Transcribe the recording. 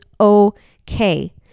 okay